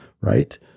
right